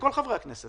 לכל חברי הכנסת